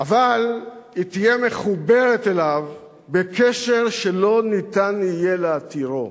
אבל היא תהיה מחוברת אליו בקשר שלא ניתן יהיה להתירו.